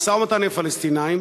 המשא-ומתן עם הפלסטינים,